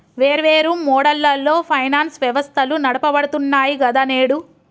వేర్వేరు మోడళ్లలో ఫైనాన్స్ వ్యవస్థలు నడపబడుతున్నాయి గదా నేడు